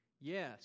Yes